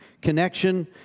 connection